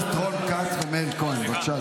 לרשותך עד עשר דקות לנמק את ההצעה.